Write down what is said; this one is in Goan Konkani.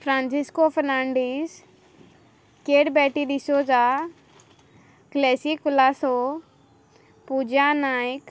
फ्रान्सिस्को फर्नांडीस केट बॅटी डिसोजा क्लॅसी कुलासो पुजा नायक